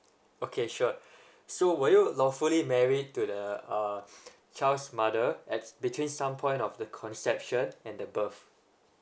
okay sure so were you lawfully married to the uh child's mother at between some point of the conception and above